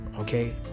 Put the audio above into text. okay